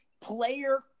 player